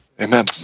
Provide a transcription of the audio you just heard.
Amen